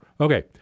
Okay